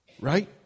Right